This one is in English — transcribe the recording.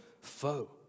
foe